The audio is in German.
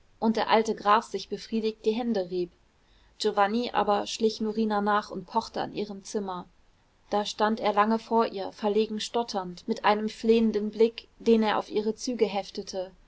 und der alte graf sich befriedigt die hände rieb giovanni aber schlich norina nach und pochte an ihrem zimmer da stand er lange vor ihr verlegen stotternd mit einem flehenden blick den er auf ihre züge heftete